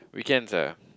weekends ah